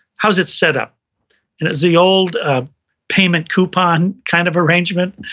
how's it set up? it's the old ah payment coupon kind of arrangement.